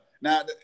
Now